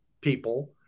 people